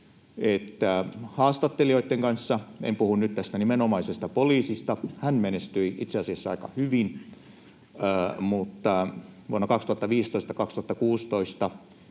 haastattelijoitten kanssa... En puhu nyt tästä nimenomaisesta poliisista, hän menestyi itse asiassa aika hyvin, mutta vuonna 2015—2016,